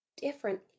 different